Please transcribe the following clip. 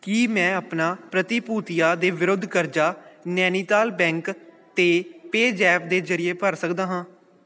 ਕੀ ਮੈਂ ਆਪਣਾ ਪ੍ਰਤੀਭੂਤੀਆਂ ਦੇ ਵਿਰੁੱਧ ਕਰਜ਼ਾ ਨੈਨੀਤਾਲ ਬੈਂਕ ਅਤੇ ਪੇਜ਼ੈਪ ਦੇ ਜ਼ਰੀਏ ਭਰ ਸਕਦਾ ਹਾਂ